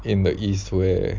in the east where